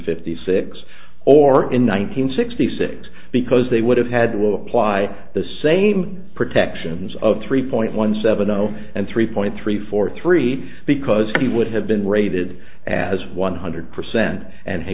fifty six or in one nine hundred sixty six because they would have had to apply the same protections of three point one seven zero and three point three four three because he would have been rated as one hundred percent and he